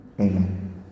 Amen